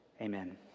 Amen